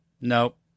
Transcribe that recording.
Nope